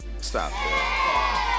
Stop